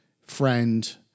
friend